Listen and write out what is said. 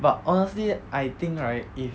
but honestly I think right